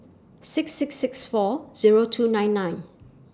six six six four Zero two nine nine